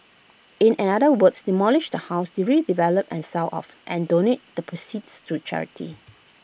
in another words demolish the house redevelop and sell off and donate the proceeds to charity